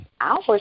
hours